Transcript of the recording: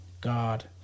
God